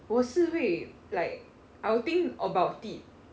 我是会 like I will think about it